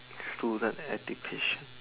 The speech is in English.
student education